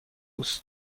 است